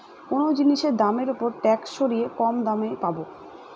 কোনো জিনিসের দামের ওপর ট্যাক্স সরিয়ে কম দামে পাবো